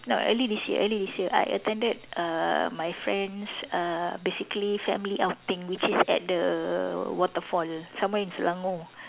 no early this year early this year I attended err my friend's err basically family outing which is at the waterfall somewhere in Selangor